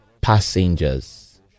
passengers